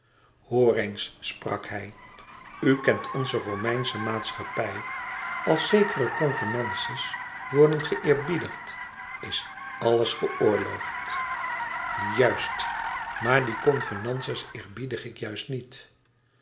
hoor eens sprak hij u kent onze romeinsche maatschappij als zekere convenances worden geëerbiedigd is alles geoorloofd juist maar die convenances eerbiedig ik juist niet